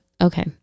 Okay